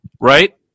Right